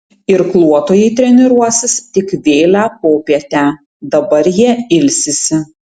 irkluotojai treniruosis tik vėlią popietę dabar jie ilsisi